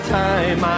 time